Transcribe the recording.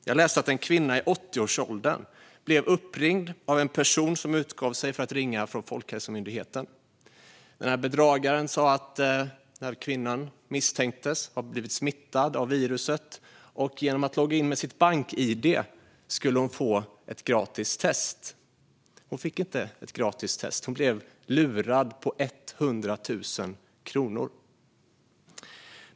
Jag läste att en kvinna i 80-årsåldern blev uppringd av en person som utgav sig för att ringa från Folkhälsomyndigheten. Bedragaren sa att kvinnan misstänktes ha blivit smittad av viruset, och genom att logga in med sitt bank-id skulle kvinnan få ett gratis test. Hon fick inte ett gratis test. Hon blev lurad på 100 000 kronor.